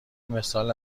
مثال